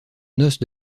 noces